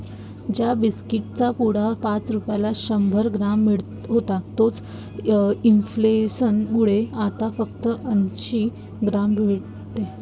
ज्या बिस्कीट चा पुडा पाच रुपयाला शंभर ग्राम मिळत होता तोच इंफ्लेसन मुळे आता फक्त अंसी ग्राम भेटते